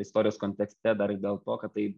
istorijos kontekste dar ir dėl to kad tai